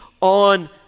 on